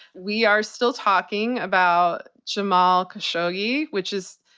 we are still talking about jamal khasshogi, which is,